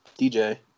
DJ